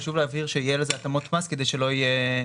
חשוב להבהיר שיהיה לזה התאמות מס כדי שלא יהיה,